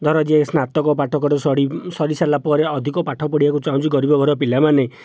ଧର ଯିଏ ସ୍ନାତକ ପାଟକରେ ସଡ଼ି ସରି ସାରିଲା ପରେ ଅଧିକ ପାଠ ପଢ଼ିବାକୁ ଚାହୁଁଛି ଗରିବ ଘରର ପିଲାମାନେ